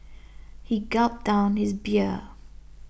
he gulped down his beer